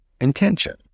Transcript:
intention